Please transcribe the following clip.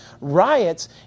riots